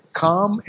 calm